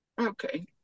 okay